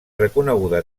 reconeguda